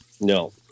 No